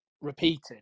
repeated